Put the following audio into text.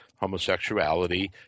homosexuality